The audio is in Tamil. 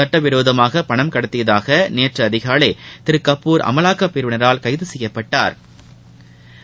சட்டவிரோதமாக பணம் கடத்தியதாக நேற்று அதிகாலை திரு கபூர் அமலாக்க பரிவினரால் கைது செய்யப்பட்டாள்